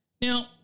Now